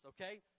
okay